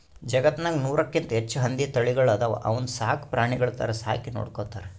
ಜಗತ್ತ್ನಾಗ್ ನೂರಕ್ಕಿಂತ್ ಹೆಚ್ಚ್ ಹಂದಿ ತಳಿಗಳ್ ಅದಾವ ಅವನ್ನ ಸಾಕ್ ಪ್ರಾಣಿಗಳ್ ಥರಾ ಸಾಕಿ ನೋಡ್ಕೊತಾರ್